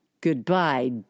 Goodbye